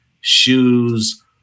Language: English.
shoes